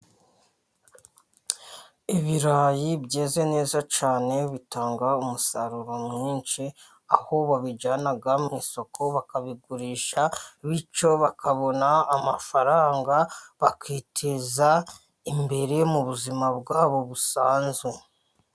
Ibirayi byeze neza cyane bitanga umusaruro mwinshi, ahubwo babijyana mu isoko bakabigurisha bityo bakabona amafaranga bakiteza imbere mu buzima bwabo busanzwe.